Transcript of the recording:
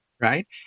Right